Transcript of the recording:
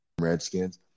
redskins